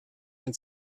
ein